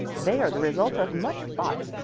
they are the result of much thought.